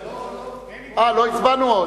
אה, עוד לא הצבענו?